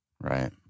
Right